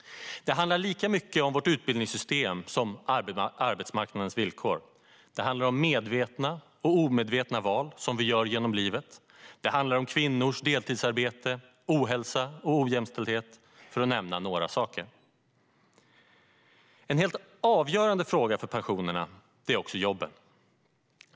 Det handlar lika mycket om vårt utbildningssystem som om arbetsmarknadens villkor. Det handlar om medvetna och omedvetna val som vi gör genom livet. Det handlar om kvinnors deltidsarbete, ohälsa och ojämställdhet, för att nämna några saker. En helt avgörande fråga för pensionerna är jobben.